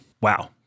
Wow